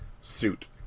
suit